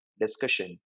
discussion